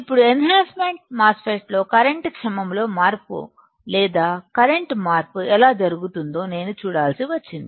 ఇప్పుడు enhancement type MOSFET లో current క్షమము లో మార్పు లేదా కరెంటు మార్పు ఎలా జరుగుతుందో నేను చూడాల్సి వచ్చింది